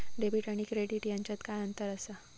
Debit आणि credit ह्याच्यात काय अंतर असा?